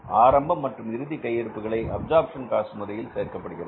ஆரம்பம் மற்றும் இறுதி கையிருப்புகளை அப்சர்ப்ஷன் முறையில் சேர்க்கப்படுகிறது